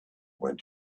went